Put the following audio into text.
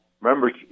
Remember